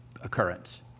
occurrence